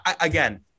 again